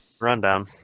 rundown